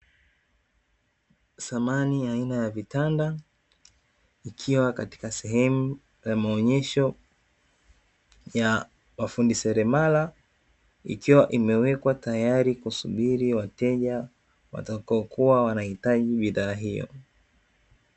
Samani aina ya vitanda ikiwa katika sehemu ya maonyesho ya mafundi seremala, ikiwa imewekwa tayari kusubiri wateja watakao kuwa wanahitaji bidhaa hiyo.